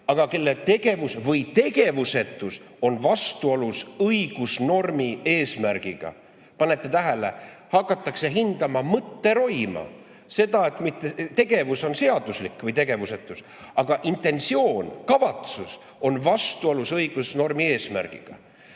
aga kelle tegevus või tegevusetus on vastuolus õigusnormi eesmärgiga. Panete tähele? Hakatakse hindama mõtteroima – seda, et tegevus või tegevusetus on seaduslik, aga intentsioon ehk kavatsus on vastuolus õigusnormi eesmärgiga.